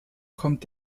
kommt